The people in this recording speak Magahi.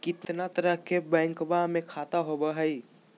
कितना तरह के बैंकवा में खाता होव हई?